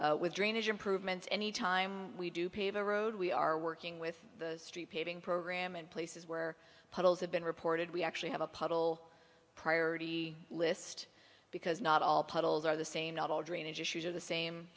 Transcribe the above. with drainage improvements any time we do pave the road we are working with the street paving program in places where puddles have been reported we actually have a puddle priority list because not all puddles are the same not all drainage issues are the same